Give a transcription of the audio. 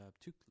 two